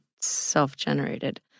self-generated